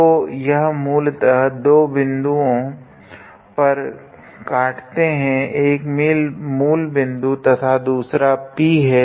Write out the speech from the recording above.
तो यह मूलतः दो बिन्दुनों पर काटते है एक मूल बिन्दुं और दूसरा P है